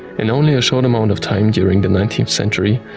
in only a short amount of time during the nineteenth century,